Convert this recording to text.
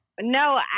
No